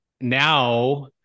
now